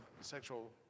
sexual